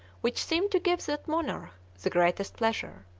which seemed to give that monarch the greatest pleasure.